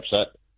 upset